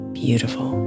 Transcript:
beautiful